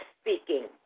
speaking